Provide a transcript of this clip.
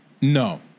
No